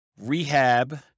rehab